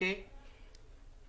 אני